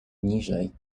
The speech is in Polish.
niżej